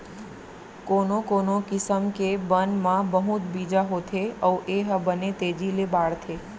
कोनो कोनो किसम के बन म बहुत बीजा होथे अउ ए ह बने तेजी ले बाढ़थे